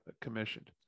commissioned